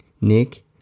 Nick